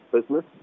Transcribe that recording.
business